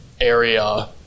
area